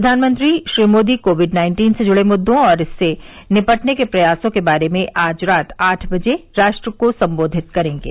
प्रधानमंत्री Shri Modi COVID nineteen से जुड़े मुद्दो और इससे निपटने के प्रयासों के बारे में आज रात आठ बजे राष्ट्र को सम्बोधित करेंगे